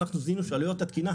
אנחנו זיהינו שעלויות התקינה,